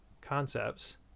concepts